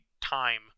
time